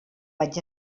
vaig